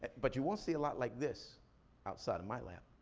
but you won't see a lot like this outside of my lab.